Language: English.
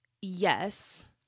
yes